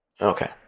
Okay